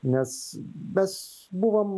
nes mes buvom